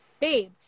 Babe